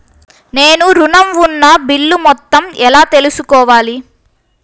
నేను ఋణం ఉన్న బిల్లు మొత్తం ఎలా తెలుసుకోవాలి?